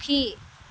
সুখী